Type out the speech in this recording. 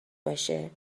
باشه